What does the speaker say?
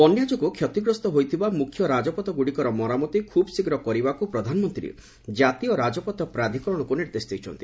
ବନ୍ୟାଯୋଗୁଁ କ୍ଷତିଗ୍ରସ୍ତ ହୋଇଥିବା ମୁଖ୍ୟ ରାଜପଥଗୁଡ଼ିକର ମରାମତି ଖୁବ୍ ଶୀଘ୍ର କରିବାକୁ ପ୍ରଧାନମନ୍ତ୍ରୀ ଜାତୀୟ ରାଜପଥ ପ୍ରାଧିକରଣକୁ ନିର୍ଦ୍ଦେଶ ଦେଇଛନ୍ତି